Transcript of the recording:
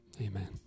amen